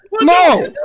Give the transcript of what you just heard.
No